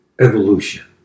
evolution